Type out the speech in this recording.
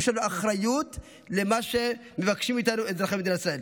יש לנו אחריות למה שמבקשים מאיתנו אזרחי ישראל.